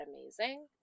amazing